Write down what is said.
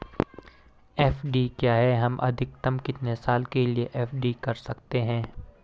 FD क्या है हम अधिकतम कितने साल के लिए एफ.डी कर सकते हैं?